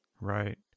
Right